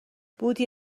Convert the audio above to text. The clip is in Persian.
بودی